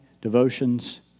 devotions